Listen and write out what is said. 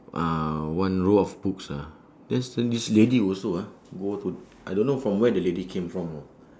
uh one row of books ah then then this lady also ah go to I don't know from where the lady came from you know